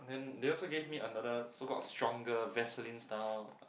then they also gave me another so called stronger Vaseline style